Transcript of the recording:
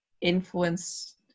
influenced